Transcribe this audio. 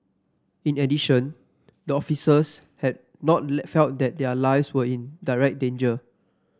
in addition the officers had not felt that their lives were in direct danger